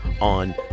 on